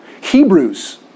Hebrews